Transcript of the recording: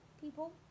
people